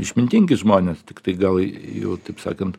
išmintingi žmonės tiktai gal jau taip sakant